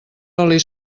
oli